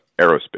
aerospace